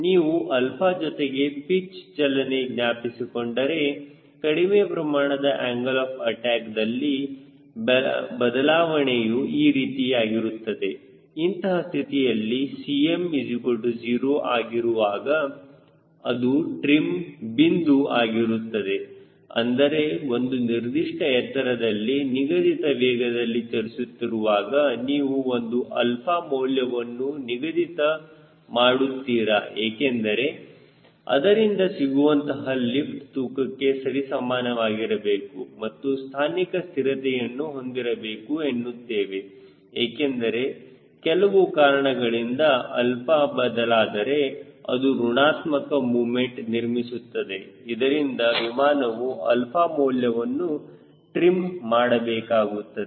ನೀವು 𝛼 ಜೊತೆಗೆ ಪಿಚ್ ಚಲನೆ ಜ್ಞಾಪಿಸಿಕೊಂಡರೆ ಕಡಿಮೆ ಪ್ರಮಾಣದ ಆಂಗಲ್ ಆಫ್ ಅಟ್ಯಾಕ್ದಲ್ಲಿ ಬದಲಾವಣೆಯು ಈ ರೀತಿಯಾಗಿರುತ್ತದೆ ಇಂತಹ ಸ್ಥಿತಿಯಲ್ಲಿ Cm0 ಆಗಿರುವಾಗ ಅದು ಟ್ರಿಮ್ ಬಿಂದು ಆಗಿರುತ್ತದೆ ಅಂದರೆ ಒಂದು ನಿರ್ದಿಷ್ಟ ಎತ್ತರದಲ್ಲಿ ನಿಗದಿತ ವೇಗದಲ್ಲಿ ಚಲಿಸುತ್ತಿರುವಾಗ ನೀವು ಒಂದು ಆಲ್ಫಾ ಮೌಲ್ಯವನ್ನು ನಿಗದಿತ ಮಾಡುತ್ತೀರಾ ಏಕೆಂದರೆ ಅದರಿಂದ ಸಿಗುವಂತಹ ಲಿಫ್ಟ್ ತೂಕಕ್ಕೆ ಸರಿ ಸಮಾನವಾಗಿರಬೇಕು ಮತ್ತು ಸ್ಥಾನಿಕ ಸ್ಥಿರತೆಯನ್ನು ಹೊಂದಿರಬೇಕು ಎನ್ನುತ್ತೇವೆ ಏಕೆಂದರೆ ಕೆಲವು ಕಾರಣಗಳಿಂದ ಆಲ್ಫಾ ಬದಲಾದರೆ ಅದು ಋಣಾತ್ಮಕ ಮೊಮೆಂಟ್ ನಿರ್ಮಿಸುತ್ತದೆ ಇದರಿಂದ ವಿಮಾನವು ಆಲ್ಫಾ ಮೌಲ್ಯವನ್ನು ಟ್ರಿಮ್ ಮಾಡಬೇಕಾಗುತ್ತದೆ